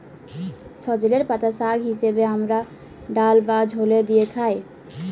সজলের পাতা শাক হিসেবে হামরা ডাল বা ঝলে দিয়ে খাই